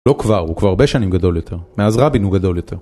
לא כבר, הוא כבר הרבה שנים גדול יותר, מאז רבין הוא גדול יותר.